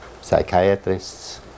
psychiatrists